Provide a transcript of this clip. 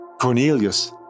Cornelius